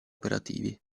operativi